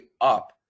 up